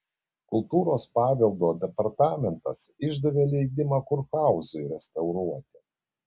kultūros paveldo departamentas išdavė leidimą kurhauzui restauruoti